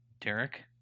Derek